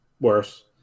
Worse